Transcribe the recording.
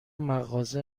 مغازه